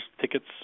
tickets